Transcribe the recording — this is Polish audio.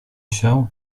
się